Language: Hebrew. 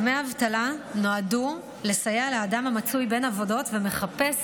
דמי אבטלה נועדו לסייע לאדם המצוי בין עבודות ומחפש